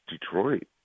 Detroit